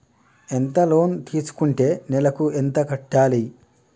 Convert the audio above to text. ఎంత లోన్ తీసుకుంటే నెలకు ఎంత కట్టాలి?